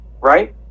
right